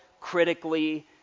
critically